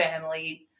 family